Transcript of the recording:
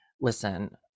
listen